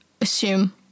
assume